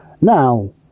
Now